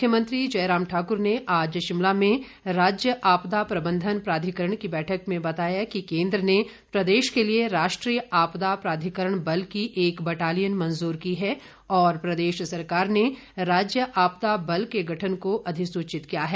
मुख्यमंत्री जयराम ठाकुर ने आज शिमला में राज्य आपदा प्रंबंधन प्राधिकरण की बैठक में बताया कि केंद्र ने प्रदेश के लिए राष्ट्रीय आपदा प्राधिकरण बल की एक बटालियन मंजूर की है और प्रदेश सरकार ने राज्य आपदा बल के गठन को अधिसूचित किया है